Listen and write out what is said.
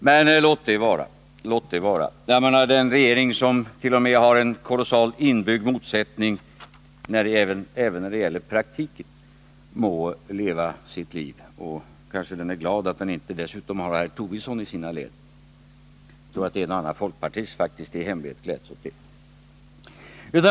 Men må så vara. En regering inom vilken det t.o.m. finns kolossalt stora, inbyggda motsättningar även när det gäller det praktiska handlandet får väl leva sitt liv. Kanske är den glad över att den inte dessutom har herr Tobisson i sina led. Jag tror att en och annan folkpartist i all hemlighet faktiskt gläds åt det.